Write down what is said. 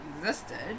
existed